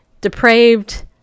Depraved